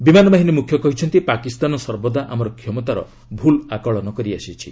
ବିମାନ ବାହିନୀ ମୁଖ୍ୟ କହିଛନ୍ତି ପାକିସ୍ତାନ ସର୍ବଦା ଆମର କ୍ଷମତାର ଭୁଲ୍ ଆକଳନ କରି ଆସିଛି